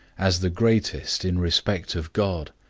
as the greatest in respect of god